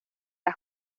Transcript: las